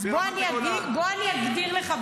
אז בוא אני אגדיר לך,